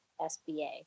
SBA